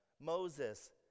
Moses